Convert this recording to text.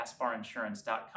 GasparInsurance.com